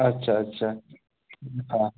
अच्छा अच्छा हां